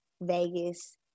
Vegas